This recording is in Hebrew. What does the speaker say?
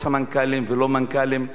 לא סמנכ"לים ולא מנכ"לים,